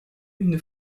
une